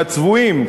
מהצבועים.